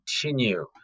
continue